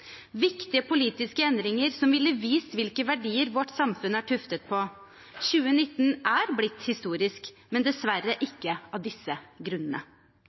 viktige politiske endringer som ville ha vist hvilke verdier vårt samfunn er tuftet på. 2019 er blitt historisk, men dessverre ikke av disse grunnene.